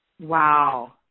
Wow